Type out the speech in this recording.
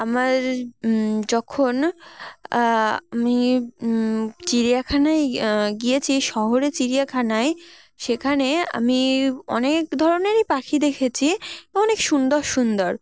আমার যখন আমি চিড়িয়াখানায় গিয়েছি শহরের চিড়িয়াখানায় সেখানে আমি অনেক ধরনেরই পাখি দেখেছি অনেক সুন্দর সুন্দর